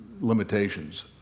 limitations